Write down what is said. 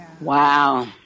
Wow